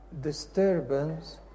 disturbance